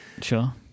Sure